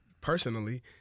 personally –